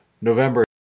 November